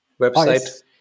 website